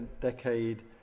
decade